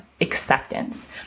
acceptance